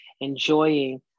enjoying